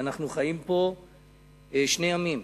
שאנחנו חיים פה שני עמים: